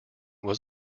was